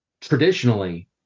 traditionally